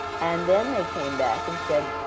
and then they came back and said,